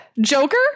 Joker